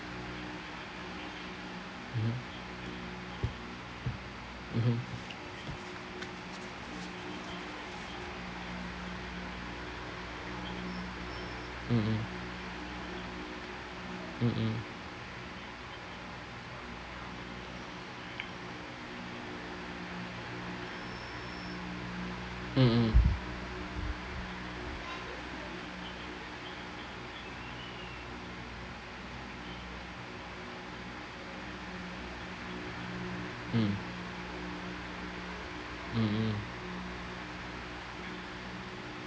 mmhmm mmhmm mm mm mm mm mm mm mm mm mm